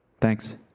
Thanks